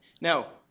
Now